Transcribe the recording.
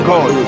God